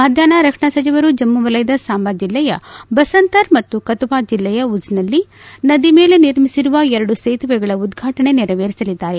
ಮಧ್ಯಾಷ್ನ ರಕ್ಷಣಾ ಸಚಿವರು ಜಮ್ನ ವಲಯದ ಸಾಂಬಾ ಜಿಲ್ಲೆಯ ಬಸಂತರ್ ಮತ್ತು ಕತುವಾ ಜಿಲ್ಲೆಯ ಉಜ್ನಲ್ಲಿ ನದಿ ಮೇಲೆ ನಿರ್ಮಿಸಿರುವ ಎರಡು ಸೇತುವೆಗಳ ಉದ್ವಾಟನೆ ನೆರವೇರಿಸಲಿದ್ದಾರೆ